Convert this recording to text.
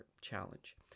Challenge